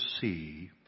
see